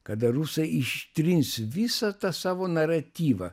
kada rusai ištrins visą tą savo naratyvą